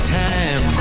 time